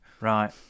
Right